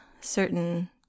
certain